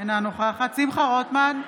אינה נוכחת שמחה רוטמן,